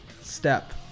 step